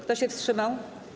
Kto się wstrzymał?